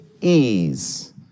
ease